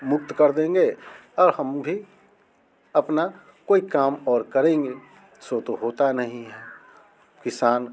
मुक्त कर देंगे और हम भी अपना कोई काम और करेंगे सो तो होता नहीं है किसान